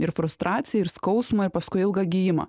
ir frustraciją ir skausmą ir paskui ilgą gijimą